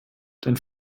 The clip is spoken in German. dann